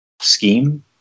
scheme